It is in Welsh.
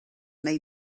wnei